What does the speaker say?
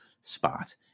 spot